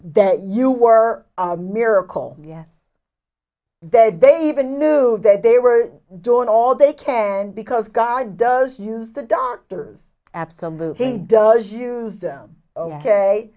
that you were a miracle yes dead they even knew that they were doing all they can because god does use the doctors absolutely he does use them ok